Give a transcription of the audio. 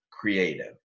creative